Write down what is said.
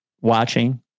watching